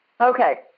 Okay